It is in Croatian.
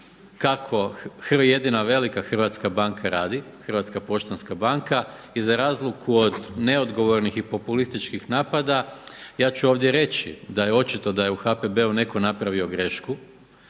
kako jedina velika hrvatska banka radi – Hrvatska poštanska banka i za razliku od neodgovornih i populističkih napada ja ću ovdje reći da je očito da je u HPB-u netko napravio grešku,